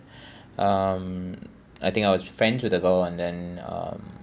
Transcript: um I think I was friends with the girl and then um